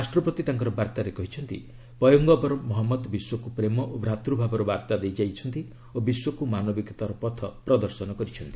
ରାଷ୍ଟ୍ରପତି ତାଙ୍କର ବାର୍ତ୍ତାରେ କହିଛନ୍ତି ପୟଗମ୍ଘର ମହଞ୍ଚାଦ ବିଶ୍ୱକୁ ପ୍ରେମ ଓ ଭ୍ରାତୂଭାବର ବାର୍ତ୍ତା ଦେଇ ଯାଇଛନ୍ତି ଓ ବିଶ୍ୱକୁ ମାନବିକତାର ପଥ ପ୍ରଦର୍ଶନ କରିଛନ୍ତି